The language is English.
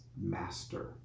master